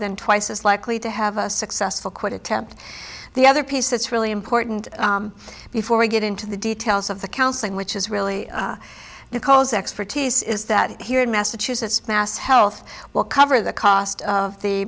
than twice as likely to have a successful quit attempt the other piece that's really important before we get into the details of the counseling which is really because expertise is that here in massachusetts mass health will cover the cost of the